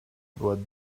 what